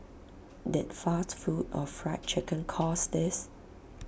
did fast food or Fried Chicken cause this